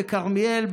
בכרמיאל,